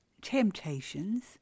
temptations